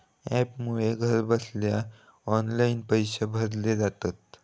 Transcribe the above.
ॲपमुळे घरबसल्या ऑनलाईन पैशे भरले जातत